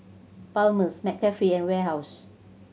Palmer's McCafe and Warehouse